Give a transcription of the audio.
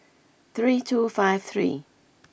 three two five three